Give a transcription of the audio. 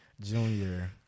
junior